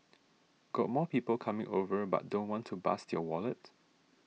got more people coming over but don't want to bust your wallet